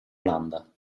landa